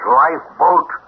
lifeboat